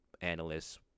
analysts